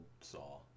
saw